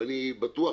ואני בטוח,